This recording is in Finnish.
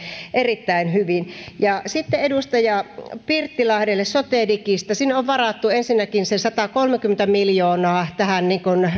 erittäin hyvin sitten edustaja pirttilahdelle sotedigistä sinne on varattu ensinnäkin se satakolmekymmentä miljoonaa tähän